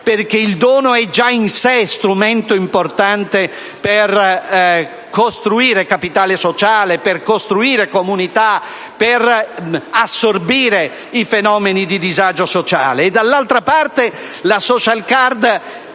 perché il dono è già in sé strumento importante per realizzare capitale sociale, per costruire comunità, per assorbire i fenomeni di disagio sociale; dall'altra parte, la *social card*